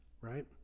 right